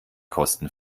kosten